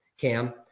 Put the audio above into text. Cam